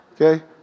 okay